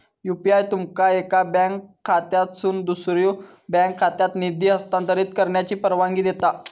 UPI तुमका एका bank खात्यातसून दुसऱ्यो बँक खात्यात निधी हस्तांतरित करण्याची परवानगी देता